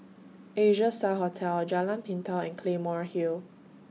Asia STAR Hotel Jalan Pintau and Claymore Hill